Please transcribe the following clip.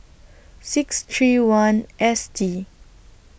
six three one S T